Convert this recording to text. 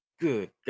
good